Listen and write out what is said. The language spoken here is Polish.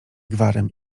gwarem